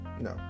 No